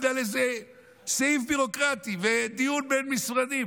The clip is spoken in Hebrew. בגלל איזה סעיף ביורוקרטי ודיון בין-משרדי.